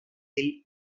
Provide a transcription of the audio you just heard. del